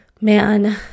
man